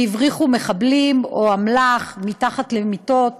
והבריחו מחבלים או אמל"ח מתחת למיטות,